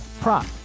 prop